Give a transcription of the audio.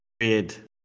weird